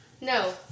No